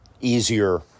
easier